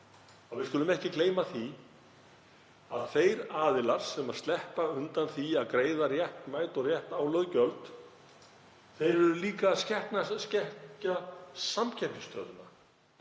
við skulum ekki gleyma því að þeir aðilar sem sleppa undan því að greiða réttmæt og rétt álögð gjöld, eru líka að skekkja samkeppnisstöðuna